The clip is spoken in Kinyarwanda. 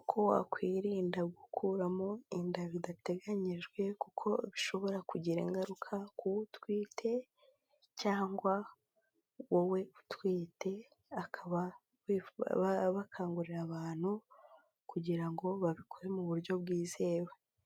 uko wakwirinda gukuramo inda bidateganyijwe kuko bishobora kugira ingaruka kuwo utwite cyangwa wowe utwite, akaba bakangurira abantu kugira ngo babikore mu buryo bwizewe.